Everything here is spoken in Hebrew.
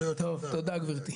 תודה גברתי.